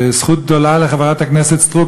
וזכות גדולה לחברת הכנסת סטרוק,